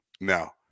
Now